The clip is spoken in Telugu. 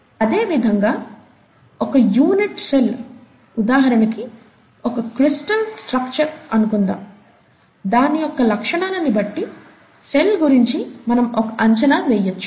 అదే విధంగా ఒక యూనిట్ సెల్ ఉదాహరణకి ఒక క్రిస్టల్ స్ట్రక్చర్ అనుకుందాము దాని యొక్క లక్షణాలని బట్టి సెల్ గురించి మనం ఒక అంచనా వేయొచ్చు